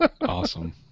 Awesome